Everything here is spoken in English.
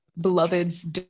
beloveds